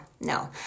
no